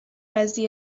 قضیه